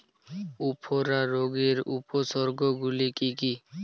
উফরা রোগের উপসর্গগুলি কি কি?